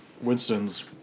Winston's